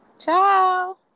Ciao